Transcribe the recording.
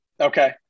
Okay